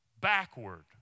Backward